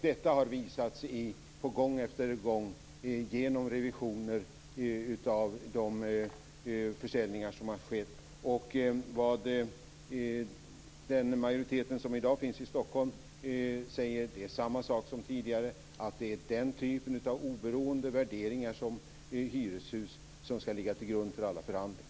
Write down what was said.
Detta har visats gång efter gång genom revisioner av de försäljningar som har skett. Den majoritet som i dag finns i Stockholm säger detsamma som tidigare: Det är den typen av oberoende värderingar av hyreshus som skall ligga till grund för alla förhandlingar.